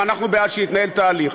ואנחנו בעד שיתנהל תהליך.